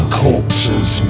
corpses